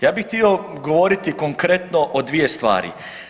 Ja bi htio govoriti konkretno o dvije stvari.